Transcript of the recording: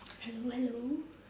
hello hello